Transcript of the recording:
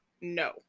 No